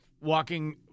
walking